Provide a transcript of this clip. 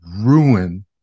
ruin